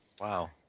Wow